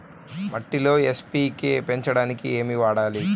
మట్టిలో ఎన్.పీ.కే పెంచడానికి ఏమి వాడాలి?